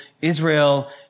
Israel